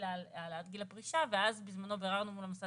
בגלל העלאת גיל הפרישה ואז ביררנו מול המוסד